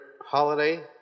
holiday